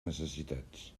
necessitats